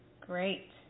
Great